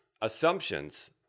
assumptions